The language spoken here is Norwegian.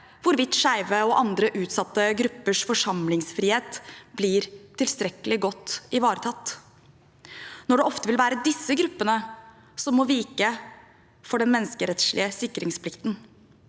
hvorvidt skeive og andre utsatte gruppers forsamlingsfrihet blir tilstrekkelig godt ivaretatt, når det ofte vil være disse gruppene som må vike for statens menneskerettslige sikringsplikt.